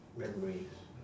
memory